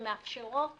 שמאפשרות